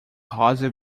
rosa